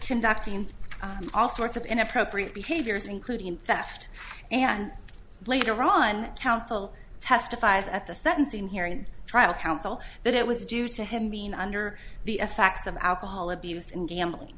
conducting all sorts of inappropriate behaviors including theft and later on counsel testified at the sentencing hearing and trial counsel that it was due to him being under the effects of alcohol abuse and gambling